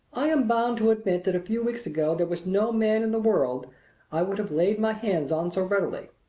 i am bound to admit that a few weeks ago there was no man in the world i would have laid my hands on so readily.